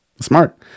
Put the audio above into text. Smart